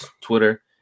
Twitter